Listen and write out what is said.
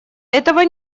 этого